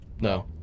No